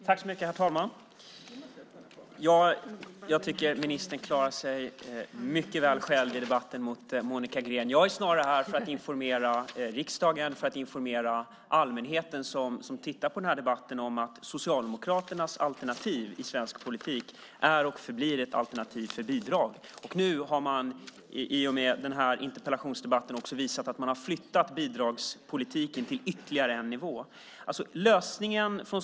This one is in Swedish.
Herr talman! Jag tycker att ministern klarar sig mycket väl själv i debatten mot Monica Green. Jag är snarare här för att informera riksdagen och allmänheten som tittar på den här debatten om att Socialdemokraternas alternativ i svensk politik är och förblir ett alternativ för bidrag. I och med den här interpellationsdebatten har man också visat att man har flyttat bidragspolitik till ytterligare en nivå.